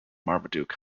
marmaduke